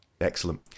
Excellent